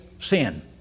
sin